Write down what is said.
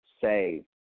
say